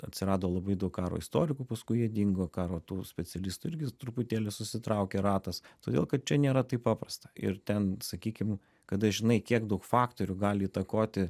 atsirado labai daug karo istorikų paskui jie dingo karo tų specialistų irgi truputėlį susitraukė ratas todėl kad čia nėra taip paprasta ir ten sakykim kada žinai kiek daug faktorių gali įtakoti